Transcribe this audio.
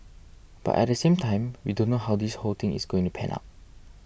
but at the same time we don't know how this whole thing is going to pan out